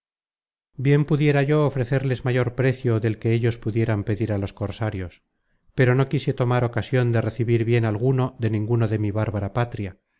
bien pudiera yo ofrecerles mayor precio del que ellos pudieran pedir á los cosarios pero no quise tomar ocasion de recebir bien alguno de ninguno de mi bárbara patria